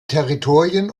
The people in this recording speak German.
territorien